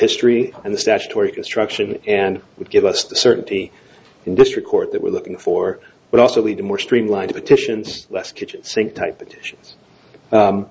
history and the statutory construction and would give us the certainty in district court that we're looking for but also lead to more streamlined petitions less kitchen sink type petition